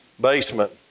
basement